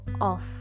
off